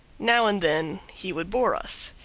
now and then he would bore us.